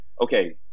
okay –